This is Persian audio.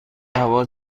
هوا